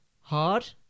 hard